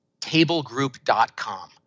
tablegroup.com